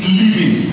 living